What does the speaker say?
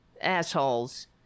assholes